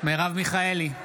מרב מיכאלי,